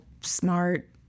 smart